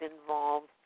involved